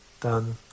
Done